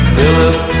Philip